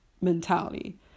mentality